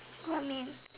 what mean